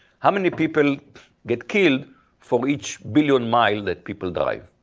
how many people get killed for each billion mile that people drive?